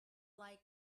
like